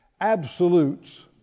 absolutes